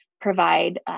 provide